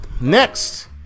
Next